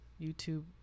youtube